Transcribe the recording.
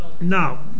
Now